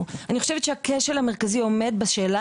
בקיצור אני חושבת שהכשל המרכזי עומד בשאלה